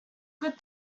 good